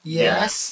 yes